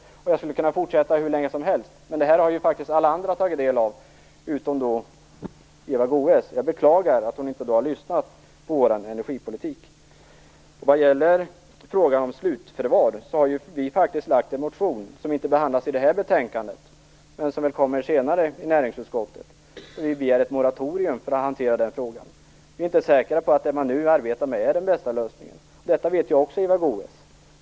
Jag skulle kunna fortsätta hur länge som helst. Men det här har faktiskt alla andra tagit del av, utom Eva Goës. Jag beklagar att hon inte har lyssnat på vår energipolitik. Vad gäller frågan om slutförvar har vi faktiskt väckt en motion, som inte behandlas i det här betänkandet men som kommer upp senare i näringsutskottet, där vi begär ett moratorium för att hantera den frågan. Vi är inte säkra på att det man nu arbetar med är den bästa lösningen. Detta vet också Eva Goës.